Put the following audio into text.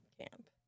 camp